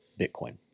Bitcoin